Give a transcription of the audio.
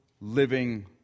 living